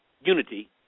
unity